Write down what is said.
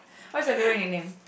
what's your favourite nickname